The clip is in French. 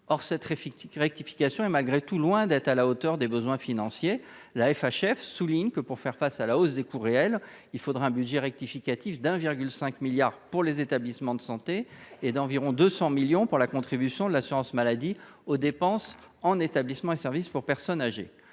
Or cette rectification est malgré tout loin d’être à la hauteur des besoins financiers. La FHF souligne que, pour faire face à la hausse des coûts réels, il faudrait prévoir un budget rectificatif de 1,5 milliard d’euros pour les établissements de santé et d’environ 200 millions pour la contribution de l’assurance maladie aux dépenses des établissements et services pour personnes âgées.